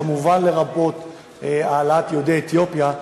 כמובן לרבות העלאת יהודי אתיופיה.